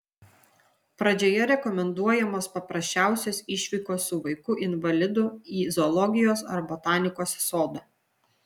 pradžioje rekomenduojamos paprasčiausios išvykos su vaiku invalidu į zoologijos ar botanikos sodą